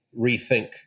rethink